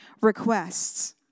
requests